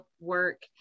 work